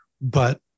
but-